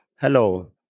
Hello